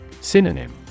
Synonym